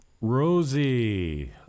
Rosie